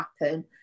happen